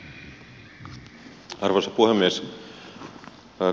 arvoisa puhemies